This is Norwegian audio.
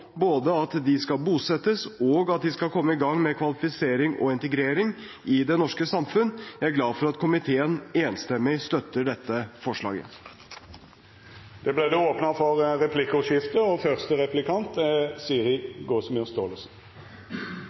både at de skal bosettes, og at de skal komme i gang med kvalifisering og integrering i det norske samfunnet. Jeg er glad for at komiteen enstemmig støtter dette forslaget. Det vert replikkordskifte. Forrige torsdag debatterte vi også introduksjonsloven. Da